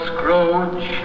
Scrooge